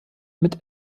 mit